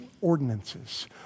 ordinances